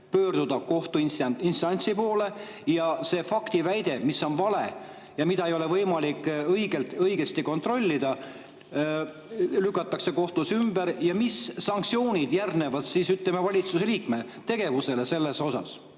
pöörduda kohtuinstantsi poole ja see faktiväide, mis on vale ja mida ei ole võimalik õigesti kontrollida, lükatakse kohtus ümber? Mis sanktsioonid järgnevad, ütleme, valitsuse liikme tegevusele sel